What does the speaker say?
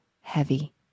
heavy